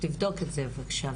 תבדוק את זה בבקשה.